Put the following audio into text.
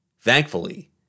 Thankfully